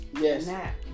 yes